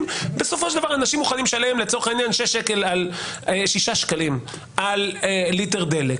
שבסופו של דבר אנשים מוכנים לשלם לצורך העניין 8-6 ש"ח על ליטר דלק.